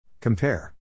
Compare